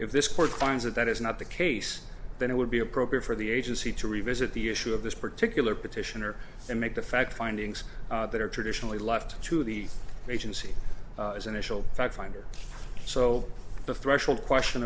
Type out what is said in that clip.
finds that that is not the case then it would be appropriate for the agency to revisit the issue of this particular petitioner and make the fact findings that are traditionally left to the agency as initial fact finder so the threshold question